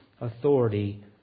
authority